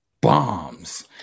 bombs